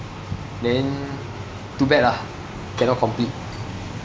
then too bad lah cannot complete